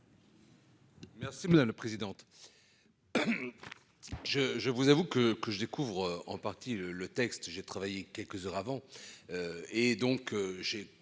Merci madame la présidente. Je je vous avoue que que je découvre en partie le texte j'ai travaillé quelques heures avant. Et donc j'ai